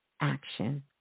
action